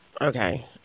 Okay